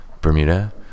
bermuda